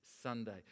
Sunday